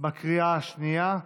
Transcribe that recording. בקריאה השנייה.